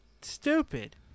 stupid